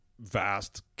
vast